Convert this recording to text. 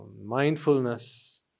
mindfulness